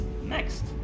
next